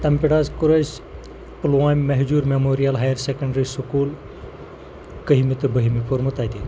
تَمہِ پٮ۪ٹھ حظ کوٚر اَسہِ پُلوامہِ Mahjoor memorial higher secondary school کٔہِمہِ تہٕ بٔہمہِ پوٚرمُت تَتے